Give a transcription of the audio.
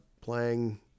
playing